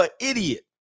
idiot